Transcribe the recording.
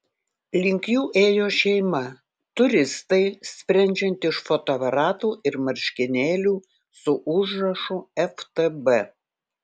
link jų ėjo šeima turistai sprendžiant iš fotoaparatų ir marškinėlių su užrašu ftb